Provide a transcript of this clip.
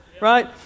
right